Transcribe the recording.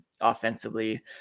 offensively